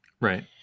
Right